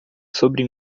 sobre